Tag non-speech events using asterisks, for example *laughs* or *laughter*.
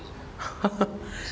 *laughs*